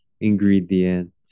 ingredients